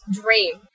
dream